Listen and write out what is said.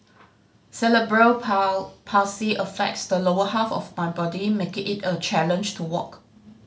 Cerebral Paul Palsy affects the lower half of my body making it a challenge to walk